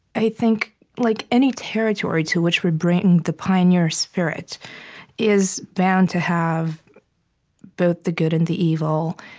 i think like any territory to which we bring the pioneer spirit is bound to have both the good and the evil,